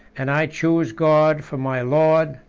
and i choose god for my lord,